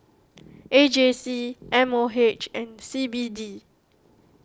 A J C M O H and C B D